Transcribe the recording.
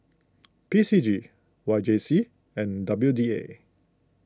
P C G Y J C and W D A